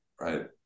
right